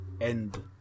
end